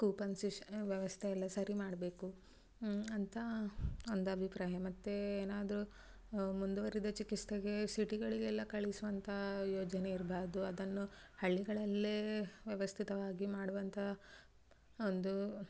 coupon ಸಿಶ ವ್ಯವಸ್ಥೆ ಎಲ್ಲಾ ಸರಿ ಮಾಡಬೇಕು ಅಂಥ ನಂದು ಅಬಿಪ್ರಾಯ ಮತ್ತು ಏನಾದರು ಮುಂದುವರಿದ ಚಿಕಿತ್ಸೆಗೆ ಸಿಟಿಗಳಿಗೆಲ್ಲಾ ಕಳಿಸುವಂಥ ಯೋಜನೆ ಇರಬಾರ್ದು ಅದನ್ನು ಹಳ್ಳಿಗಳಲ್ಲೇ ವ್ಯವಸ್ಥಿತವಾಗಿ ಮಾಡುವಂಥ ಒಂದು